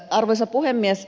arvoisa puhemies